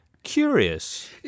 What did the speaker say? Curious